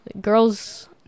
girls